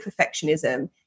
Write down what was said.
perfectionism